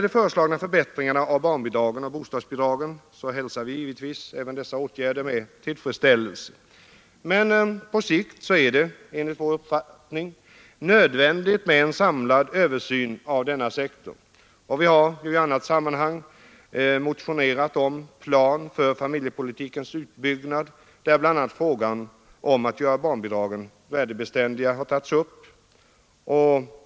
De föreslagna förbättringarna av barnbidragen och bostadsbidragen hälsar vi givetvis också med tillfredsställelse. Men på sikt är det enligt vår uppfattning nödvändigt med en samlad översyn av dessa sektorer. Vi har i annat sammanhang motionerat om en plan för familjepolitikens utbyggnad, där bl.a. frågan om att göra barnbidragen värdebeständiga har tagits upp.